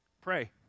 pray